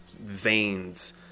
veins